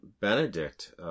Benedict